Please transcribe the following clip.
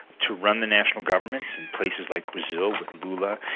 to run the national governments in places like brazil with lula,